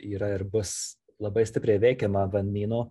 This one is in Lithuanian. yra ir bus labai stipriai veikiama vannyno